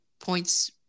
points